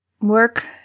work